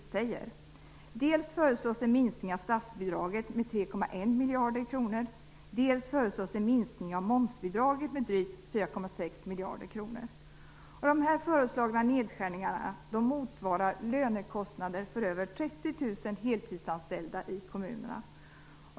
Dels föreslås en minskning av statsbidraget med 3,1 miljarder kronor, dels föreslås en minskning av momsbidraget med drygt 4,6 miljarder kronor. De föreslagna nedskärningarna motsvarar lönekostnaderna för över 30 000 heltidsanställda i kommunerna.